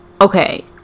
okay